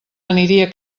aniria